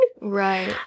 Right